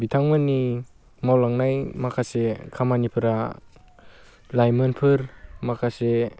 बिथांमोननि मावलांनाय माखासे खामानिफोरा लाइमोनफोर माखासे